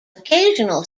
occasional